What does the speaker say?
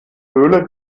höhle